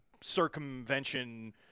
circumvention